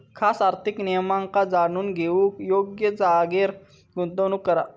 खास आर्थिक नियमांका जाणून घेऊन योग्य जागेर गुंतवणूक करा